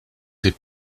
des